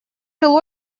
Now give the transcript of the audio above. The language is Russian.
жил